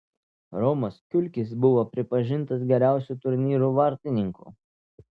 romas kiulkis buvo pripažintas geriausiu turnyro vartininku